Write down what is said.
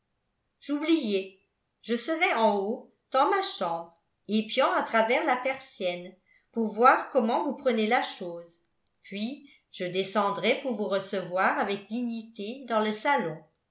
j'oubliais je serai en haut dans ma chambre épiant à travers la persienne pour voir comment vous prenez la chose puis je descendrai pour vous recevoir avec dignité dans le salon